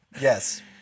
Yes